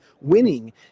winning